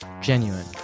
genuine